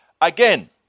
Again